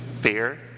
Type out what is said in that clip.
fear